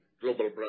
Global